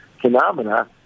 phenomena